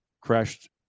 crashed